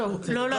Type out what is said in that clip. לא להפריע.